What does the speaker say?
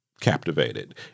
captivated